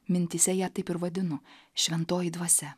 mintyse ją taip ir vadinu šventoji dvasia